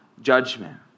judgment